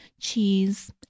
cheese